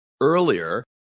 earlier